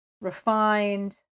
refined